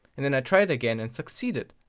and then i tried it again and succeeded.